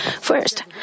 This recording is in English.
First